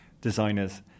designers